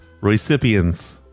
recipients